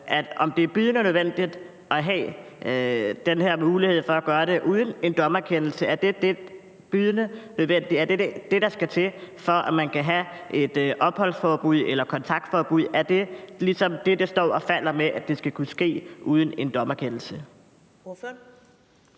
om det er bydende nødvendigt at have den her mulighed for at gøre det uden en dommerkendelse. Er det bydende nødvendigt, og er det det, der skal til, for at man kan give et opholdsforbud eller kontaktforbud? Er det, det ligesom står og falder med, at det skal kunne ske uden en dommerkendelse?